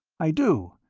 i do.